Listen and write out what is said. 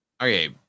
Okay